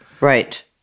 Right